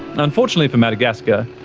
and unfortunately for madagascar,